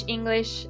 English